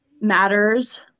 matters